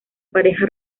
pareja